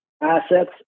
assets